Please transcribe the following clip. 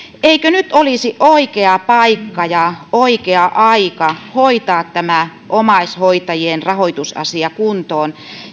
eikö nyt olisi oikea paikka ja oikea aika hoitaa tämä omaishoitajien rahoitusasia kuntoon